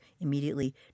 immediately